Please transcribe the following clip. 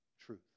truth